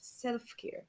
self-care